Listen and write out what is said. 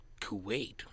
Kuwait